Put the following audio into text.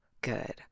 good